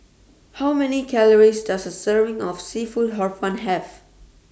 How Many Calories Does A Serving of Seafood Hor Fun Have